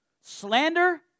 slander